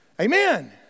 Amen